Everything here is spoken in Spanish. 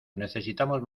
necesitamos